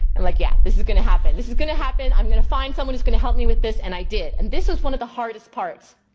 and like yeah, this is gonna happen. this is gonna happen, i'm gonna find someone who's gonna help me with this and i did. and this was one of the hardest parts,